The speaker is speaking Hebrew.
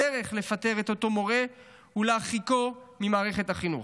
הדרך לפטר את אותו מורה ולהרחיקו ממערכת החינוך.